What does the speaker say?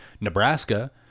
Nebraska